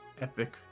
epic